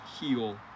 heal